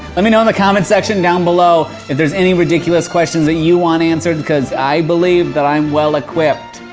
let me know in the comment section down below, if there's any ridiculous questions that you want answered, because i believe that i'm well equipped.